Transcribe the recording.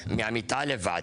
מהמיטה לבד.